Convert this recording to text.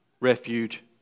refuge